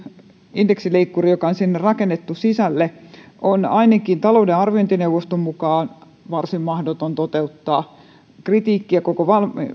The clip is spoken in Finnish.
indeksileikkuri joka on sinne rakennettu sisälle on ainakin talouden arviointineuvoston mukaan varsin mahdoton toteuttaa kritiikkiä koko